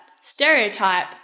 stereotype